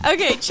Okay